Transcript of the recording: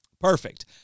Perfect